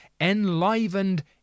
enlivened